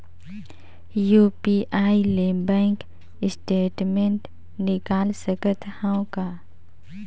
UPI ले bank statement निकाल सकत हवं का?